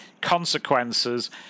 consequences